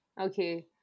Okay